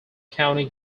county